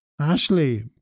Ashley